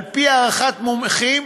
על-פי הערכת מומחים,